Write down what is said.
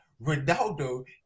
Ronaldo